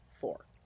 four